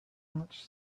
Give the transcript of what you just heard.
much